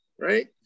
right